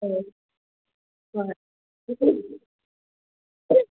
ꯑꯣ ꯍꯣꯏ